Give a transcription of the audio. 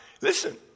listen